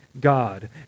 God